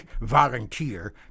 volunteer